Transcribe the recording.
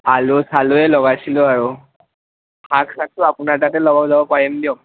আলু চালুৱে লগাইছিলোঁ আৰু শাক চাকটো আপোনাৰ তাকে লৈ ল'ব পাৰিম দিয়ক